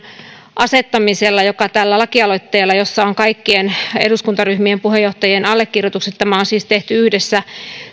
asettamisella joka tehdään tällä lakialoitteella jossa on kaikkien eduskuntaryhmien puheenjohtajien allekirjoitukset tämä on siis tehty yhdessä